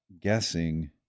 guessing